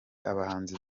abahanzi